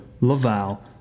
Laval